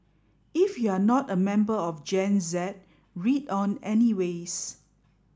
if you're not a member of Gen Z read on anyways